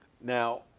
Now